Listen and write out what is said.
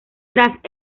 tras